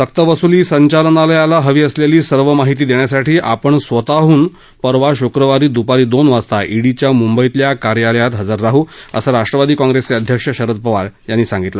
सकवसूली संचालनालयाला हवी असलेली सर्व माहिती देण्यासाठी आपण स्वतःहन परवा शुक्रवारी द्पारी दोन वाजता ईडीच्या मुंबईतल्या कार्यालयात हजर राहू असं राष्ट्रवादी काँग्रेसचे अध्यक्ष शरद पवार यांनी सांगितलं